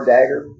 Dagger